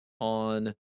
on